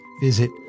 visit